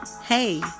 Hey